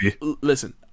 Listen